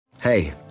Hey